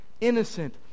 innocent